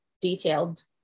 detailed